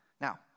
now